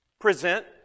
present